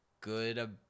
good